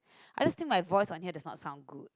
I don't think my voice on here is not sound good